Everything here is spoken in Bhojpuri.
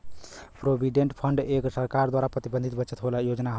प्रोविडेंट फंड एक सरकार द्वारा प्रबंधित बचत योजना हौ